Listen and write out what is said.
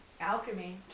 alchemy